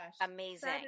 Amazing